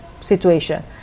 situation